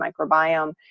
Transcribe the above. microbiome